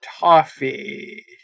Toffee